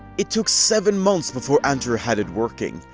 it took seven months before andrew had it working.